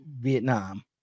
Vietnam